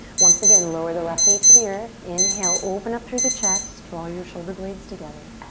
once again, lower the left knee to the earth. inhale, open up through the chest. draw your shoulder blades together.